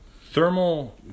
thermal